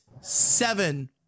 seven